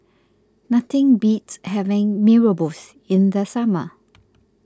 nothing beats having Mee Rebus in the summer